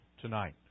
tonight